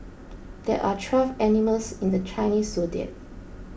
there are twelve animals in the Chinese zodiac